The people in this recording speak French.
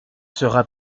sera